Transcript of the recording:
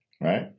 Right